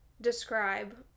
describe